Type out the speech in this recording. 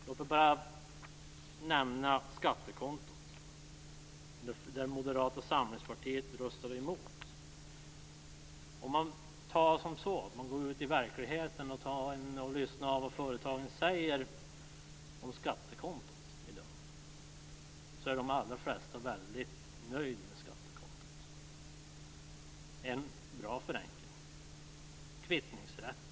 Låt mig bara nämna skattekontot, där Moderata samlingspartiet röstade mot. Om man går ut i verkligheten och lyssnar av vad företagen säger om skattekontot i dag, är de allra flesta väldigt nöjda. Det är en bra förenkling. Vi har kvittningsrätten.